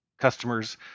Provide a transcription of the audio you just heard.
Customers